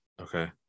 Okay